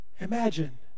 imagine